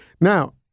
Now